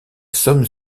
somme